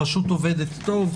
הרשות עובדת טוב,